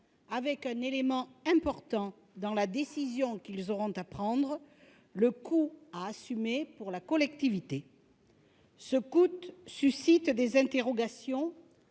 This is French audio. avec un élément important à considérer dans la décision qu'ils auront à prendre : le coût à assumer pour la collectivité. Ce coût suscite des interrogations,